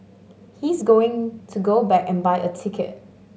he's going to go back and buy a ticket